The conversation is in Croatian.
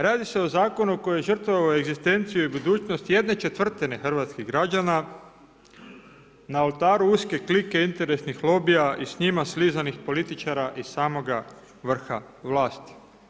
Radi se o zakonu koji je žrtvovao egzistenciju i budućnost jedne četvrtine hrvatskih građana na oltaru uske klike interesnih lobija i s njima slizanih političara iz samoga vrha vlasti.